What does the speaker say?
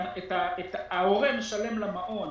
ההורה משלם למעון